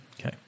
Okay